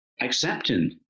Accepting